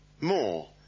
more